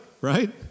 right